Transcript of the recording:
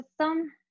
system